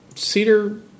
Cedar